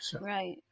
Right